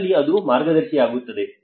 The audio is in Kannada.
ಅಲ್ಲಿ ಅದು ಮಾರ್ಗದರ್ಶಿಯಾಗುತ್ತದೆ